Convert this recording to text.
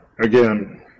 again